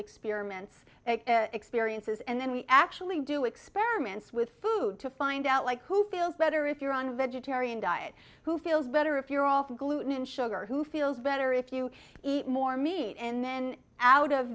experiments experiences and then we actually do experiments with food to find out like who feels better if you're on a vegetarian diet who feels better if you're off gluten and sugar who feels better if you eat more meat and then out of